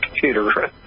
computer